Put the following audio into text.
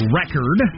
record